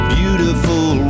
beautiful